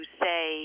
say